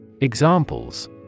Examples